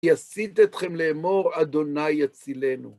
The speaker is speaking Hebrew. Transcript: יסית אתכם לאמור אדוני יצילנו.